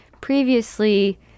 previously